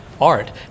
art